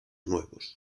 nuevos